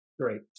great